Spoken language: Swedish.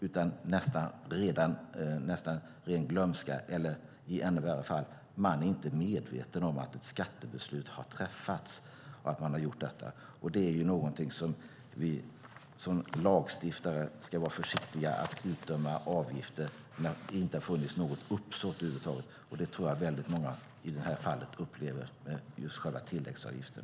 Det kan bero på ren glömska eller i ännu värre fall att man inte är medveten om att ett skattebeslut har träffats. Lagstiftaren ska vara försiktig med att det ska utdömas avgifter när det inte har funnits något uppsåt över huvud taget. Det tror jag att väldigt många upplever är fallet med just tilläggsavgiften.